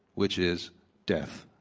which is death.